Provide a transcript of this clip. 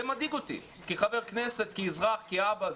זה מדאיג אותי כחבר כנסת, כאזרח, כאבא.